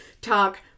talk